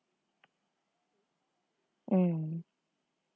mm